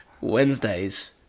Wednesdays